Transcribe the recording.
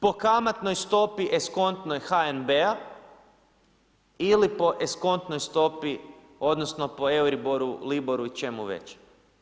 Po kamatnoj stopi eskontnoj HNB-a ili po eskontnoj stopi, odnosno po Euriboru, Liboru i čemu već.